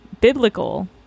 biblical